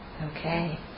Okay